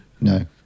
No